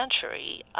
century